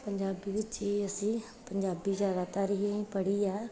ਪੰਜਾਬੀ ਵਿੱਚ ਹੀ ਅਸੀਂ ਪੰਜਾਬੀ ਜ਼ਿਆਦਾਤਰ ਹੀ ਅਸੀਂ ਪੜ੍ਹੀ ਆ